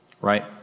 right